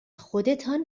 خودتان